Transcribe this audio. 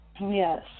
yes